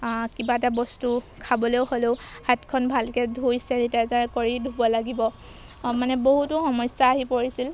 কিবা এটা বস্তু খাবলৈ হ'লেও হাতখন ভালকৈ ধুই চেনিটাইজাৰ কৰি ধুব লাগিব মানে বহুতো সমস্যা আহি পৰিছিল